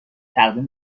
تقدیم